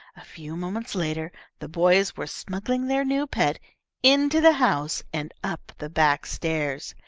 a few moments later the boys were smuggling their new pet into the house, and up the back stairs.